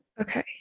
Okay